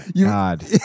God